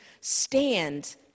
stand